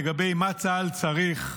מה צה"ל צריך,